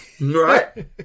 right